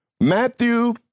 Matthew